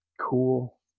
cool